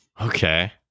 Okay